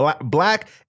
black